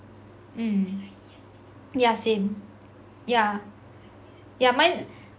mm yeah same yeah yeah mine